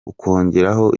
ukongeraho